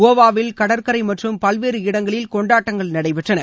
கோவாவில் கடற்கரை மற்றும் பல்வேறு இடங்களில் கொண்டாட்டங்கள் நடைபெற்றன